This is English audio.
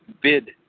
bid